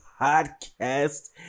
Podcast